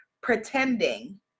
pretending